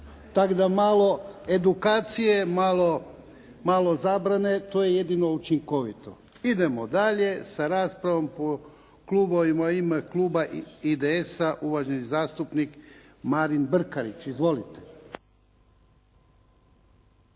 Tak da malo edukacije, malo zabrane to je jedino učinkovito. Idemo dalje sa raspravom po klubovima. U ime kluba IDS-a, uvaženi zastupnik Marin Brkarić. Izvolite.